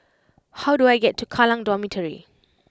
how do I get to Kallang Dormitory